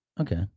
Okay